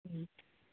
हँ